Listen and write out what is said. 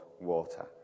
water